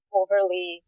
overly